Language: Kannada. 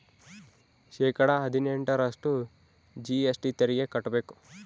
ಶೇಕಡಾ ಹದಿನೆಂಟರಷ್ಟು ಜಿ.ಎಸ್.ಟಿ ತೆರಿಗೆ ಕಟ್ಟ್ಬೇಕು